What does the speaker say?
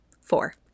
four